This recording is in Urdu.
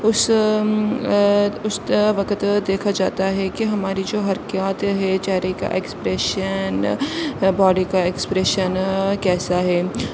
اس اس تا وقت دیکھا جاتا ہے کہ ہماری جو حرکیات ہیں چہرے کا ایکسپریشن باڈی کا ایکسپریشن کیسا ہے